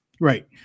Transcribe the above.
Right